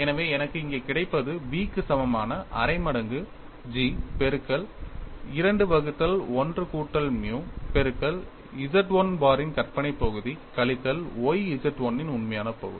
எனவே எனக்கு இங்கே கிடைப்பது v க்கு சமமான அரை மடங்கு G பெருக்கல் 2 வகுத்தல் 1 கூட்டல் மியூ பெருக்கல் Z 1 பாரின் கற்பனை பகுதி கழித்தல் y Z 1 இன் உண்மையான பகுதி